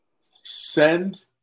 Send